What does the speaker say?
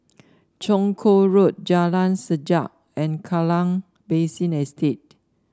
Chong Kuo Road Jalan Sajak and Kallang Basin Estate